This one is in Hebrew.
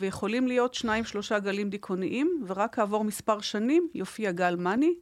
ויכולים להיות שניים-שלושה גלים דיכאוניים, ורק עבור מספר שנים יופיע גל מאני.